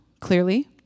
clearly